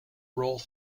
role